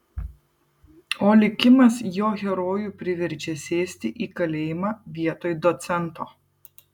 o likimas jo herojų priverčia sėsti į kalėjimą vietoj docento